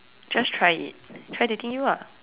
just try it try dating you ah